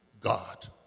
God